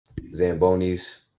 Zambonis